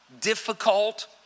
difficult